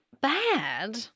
bad